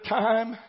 time